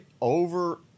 over